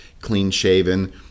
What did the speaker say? clean-shaven